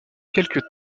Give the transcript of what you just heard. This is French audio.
quelques